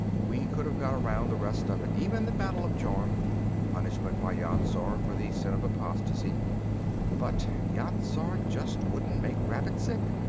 we could have got around the rest of it, even the battle of jorm punishment by yat-zar for the sin of apostasy but yat-zar just wouldn't make rabbits sick.